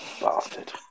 Bastard